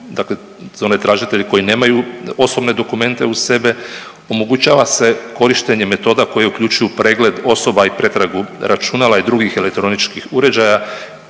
Dakle, za one tražitelje koji nemaju osobne dokumente uz sebe omogućava se korištenje metoda koje uključuju pregled osoba i pretragu računala i drugih elektroničkih uređaja,